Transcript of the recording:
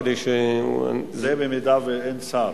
זה במידה שאין שר.